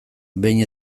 behin